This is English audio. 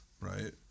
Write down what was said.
right